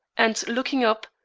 and looking up,